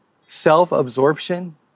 Self-absorption